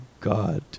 God